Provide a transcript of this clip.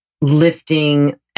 lifting